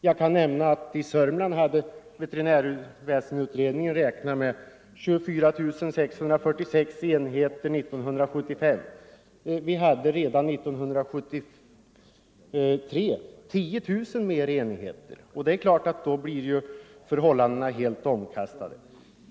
Jag kan nämna att i Södermanland hade veterinärväsendeutredningen räknat med 24646 enheter 1975. Redan 1973 hade vi 10 000 fler enheter. Det är klart att förhållandena då blir helt omkastade.